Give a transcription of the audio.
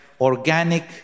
organic